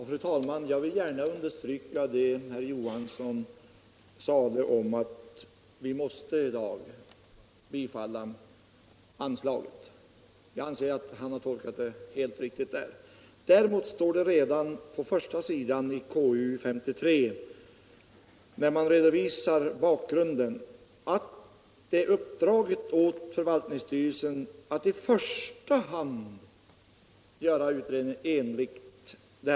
Fru talman! Jag vill gärna understryka det herr Johansson i Trollhättan sade om aut vi i dag måste bifalla begäran om anslag. Jag anser att han har gjort en helt riktig tolkning. Däremot står det redan på första sidan i konstitutionsutskottets betänkande nr 53, där utskottet redovisar bakgrunden, att riksdagen 1975 uppdrog åt förvaltningsstyrelsen att i första hand göra utredning enligt alternativ 2.